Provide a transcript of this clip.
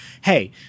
hey